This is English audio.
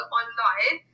online